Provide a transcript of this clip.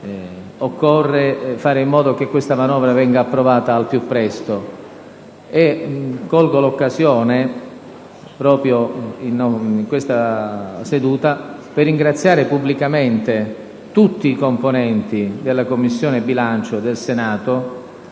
occorre fare in modo che la manovra venga approvata al più presto (e colgo l'occasione proprio di questa seduta per ringraziare pubblicamente tutti i componenti della Commissione bilancio del Senato,